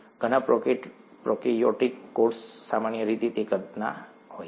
ઘણા પ્રોકાર્યોટિક કોષો સામાન્ય રીતે તે કદના હોય છે